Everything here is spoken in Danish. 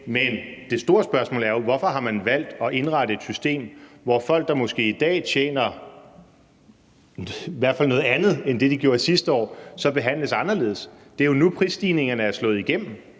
Men det store spørgsmål er jo, hvorfor man har valgt at indrette et system, hvor folk, der måske i dag tjener i hvert fald noget andet end det, de gjorde sidste år, så behandles anderledes. Det er jo nu, prisstigningerne er slået igennem,